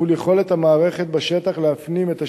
מול יכולת המערכת בשטח להפנים את השינוי.